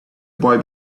boy